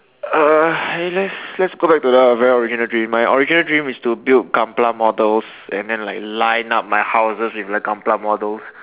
uh eh let's let's go back to the very original dream my original dream is to build gunpla models and then like line up my houses with the gunpla models